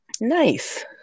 Nice